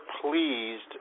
pleased